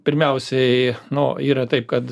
pirmiausiai nu yra taip kad